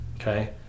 okay